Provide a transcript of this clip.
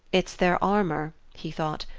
it's their armour, he thought,